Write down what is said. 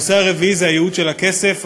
הנושא הרביעי זה הייעוד של הכסף.